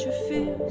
fin?